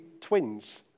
twins